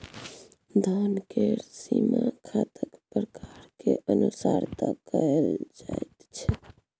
धन केर सीमा खाताक प्रकारेक अनुसार तय कएल जाइत छै